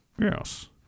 Yes